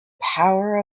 power